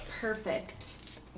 perfect